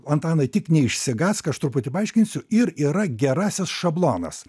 antanai tik neišsigąsk aš truputį paaiškinsiu ir yra gerasis šablonas